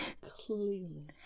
Clearly